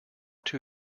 too